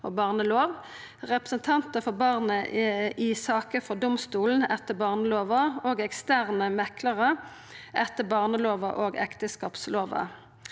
og barnelova, re presentantar for barnet i saker for domstolen etter barnelova og eksterne meklarar etter barnelova og ekteskapslova.